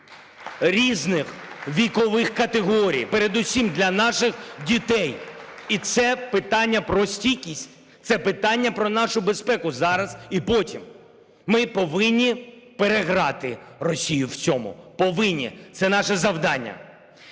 різних вікових категорій, передусім для наших дітей. (Оплески) І це питання про стійкість, це питання про нашу безпеку зараз і потім. Ми повинні переграти Росію в цьому, повинні, це наше завдання.